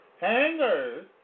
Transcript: hangers